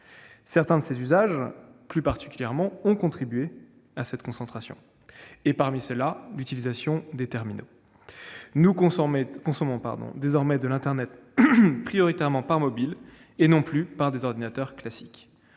particulièrement contribué à cette concentration, et parmi ceux-là l'utilisation des terminaux. Nous consommons désormais de l'internet prioritairement par le biais de mobiles et non plus des ordinateurs classiques.